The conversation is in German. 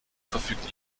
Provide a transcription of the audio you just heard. verfügt